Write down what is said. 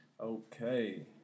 Okay